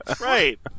Right